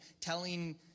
telling